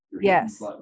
Yes